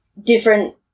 different